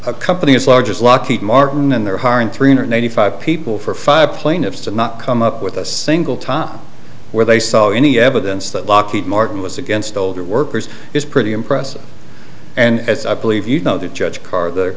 a company as large as lockheed martin and their hiring three hundred ninety five people for five plaintiffs did not come up with a single time where they saw any evidence that lockheed martin was against older workers is pretty impressive and as i believe you know that judge carr the